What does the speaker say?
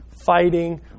fighting